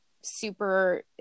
super